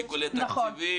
לפי שיקולי תקציבים.